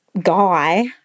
guy